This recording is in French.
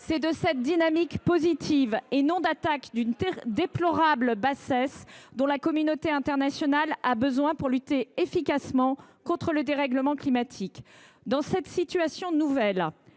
C’est de cette dynamique positive, et non d’une attaque d’une déplorable bassesse, que la communauté internationale a besoin pour lutter efficacement contre le dérèglement climatique. Compte tenu de cette situation nouvelle,